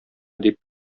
дип